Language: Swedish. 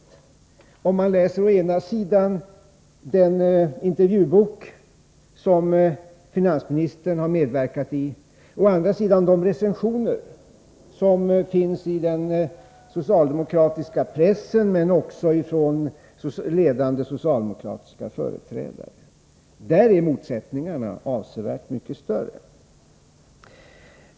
Det finner man om man läser å ena sidan den intervjubok som finansministern har medverkat i och å andra sidan de recensioner av samma bok som finns i den socialdemokratiska pressen men också uttalanden från ledande socialdemokratiska företrädare. Där är motsättningarna avsevärt mycket större.